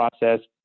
process